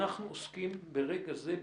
אנחנו עוסקים ברגע הזה,